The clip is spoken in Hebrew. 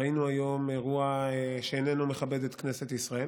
ראינו היום אירוע שאיננו מכבד את כנסת ישראל.